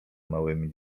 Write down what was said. małymi